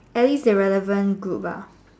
at least a relevant group ah